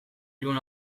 ilun